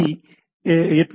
3 IEEE 802